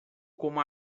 como